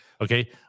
okay